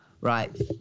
right